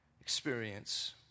experience